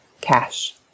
Cash